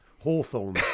Hawthorne